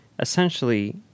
essentially